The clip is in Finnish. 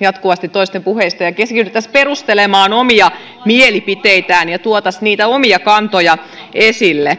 jatkuvasti vähemmän toisten puheista ja keskityttäisiin perustelemaan omia mielipiteitä ja ja tuotaisiin niitä omia kantoja esille